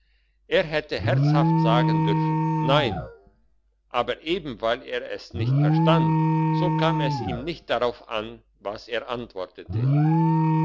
er hätte herzhaft sagen dürfen nein aber eben weil er es nicht verstand so kam es ihm nicht darauf an was er antwortete